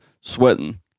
sweating